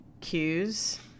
cues